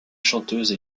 chanteuses